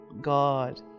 God